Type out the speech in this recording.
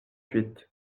huit